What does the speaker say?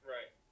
Right